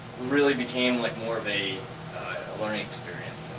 really became like more of a learning experience,